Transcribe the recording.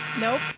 Nope